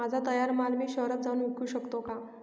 माझा तयार माल मी शहरात जाऊन विकू शकतो का?